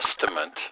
testament